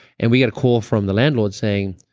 and we get a call from the landlord saying,